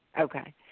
Okay